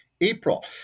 April